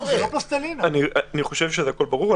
אני חושב שהכול ברור.